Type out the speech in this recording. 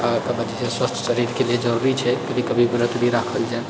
आ ओकरबाद जेछै स्वस्थ शरीरके भी जरूरी छै कभी कभी व्रत भी राखल जाइ